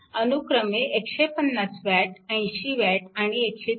अनुक्रमे 150 W 80 W आणि 144 W